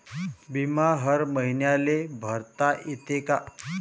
बिमा हर मईन्याले भरता येते का?